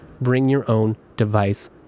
bring-your-own-device